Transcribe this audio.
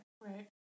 Right